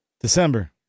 December